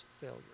failure